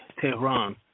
tehran